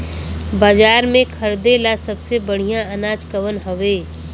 बाजार में खरदे ला सबसे बढ़ियां अनाज कवन हवे?